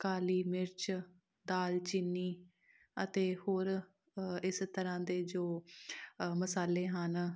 ਕਾਲੀ ਮਿਰਚ ਦਾਲਚੀਨੀ ਅਤੇ ਹੋਰ ਇਸ ਤਰ੍ਹਾਂ ਦੇ ਜੋ ਮਸਾਲੇ ਹਨ